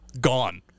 gone